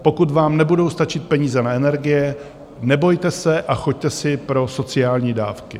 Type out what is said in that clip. Pokud vám nebudou stačit peníze na energie, nebojte se a choďte si pro sociální dávky.